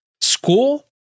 school